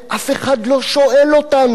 אף אחד לא שואל אותנו.